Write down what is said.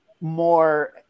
more